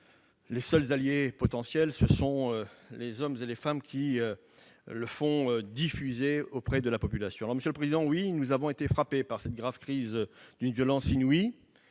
Ses seuls alliés potentiels sont les hommes et les femmes qui le diffusent auprès de la population. Monsieur le président, nous avons été frappés par une crise d'une violence inouïe.